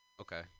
Okay